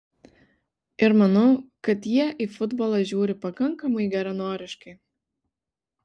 ir manau kad jie į futbolą žiūri pakankamai geranoriškai